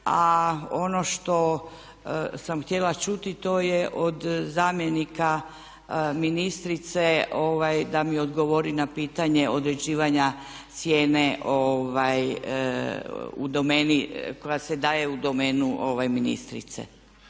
ono što sam htjela čuti to je od zamjenika ministrice da mi odgovori na pitanje određivanja cijene u domeni koja se daje u domenu ministrice.